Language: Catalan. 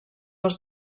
els